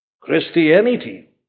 Christianity